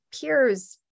peers